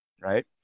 Right